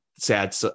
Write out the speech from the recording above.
sad